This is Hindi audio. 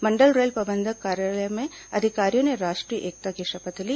मंडल रेल प्रबंधक कार्यालय में अधिकारियों ने राष्ट्रीय एकता की शपथ ली